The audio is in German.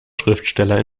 schriftsteller